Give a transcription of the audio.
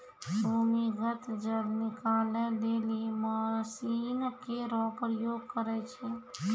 भूमीगत जल निकाले लेलि मसीन केरो प्रयोग करै छै